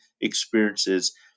experiences